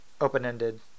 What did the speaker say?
open-ended